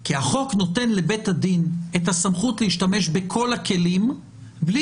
כי החוק נותן לבית הדין את הסמכות להשתמש בכל הכלים בלי